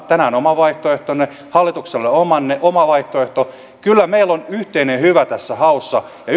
tänään oman vaihtoehtonne hallituksella on oma vaihtoehto kyllä meillä on yhteinen hyvä tässä haussa ja